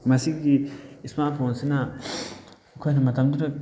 ꯃꯁꯤꯒꯤ ꯏꯁꯃꯥꯔꯠ ꯐꯣꯟꯁꯤꯅ ꯑꯩꯈꯣꯏꯅ ꯃꯇꯃꯗꯨꯗ